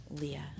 Leah